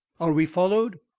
are we followed?